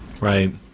right